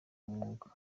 mwuga